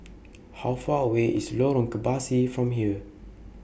How Far away IS Lorong Kebasi from here